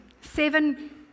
seven